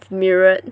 mirrored